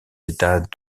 états